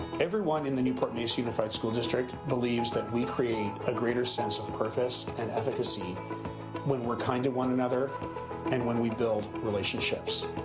everyone in the newport-mesa unified school district believes that we create a greater sense of purpose and efficacy when we're kind to one another and when we build relationships.